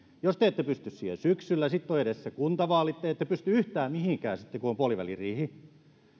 jos te ette pysty siihen syksyllä sitten ovat edessä kuntavaalit te ette pysty yhtään mihinkään sitten kun on puoliväliriihi